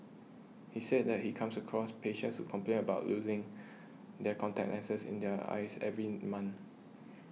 he said that he comes across patients who complain about losing their contact lenses in their eyes every month